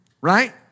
right